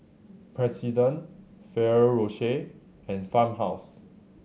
President Ferrero Rocher and Farmhouse